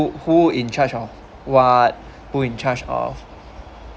who in charge of what who in charge of